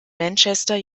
manchester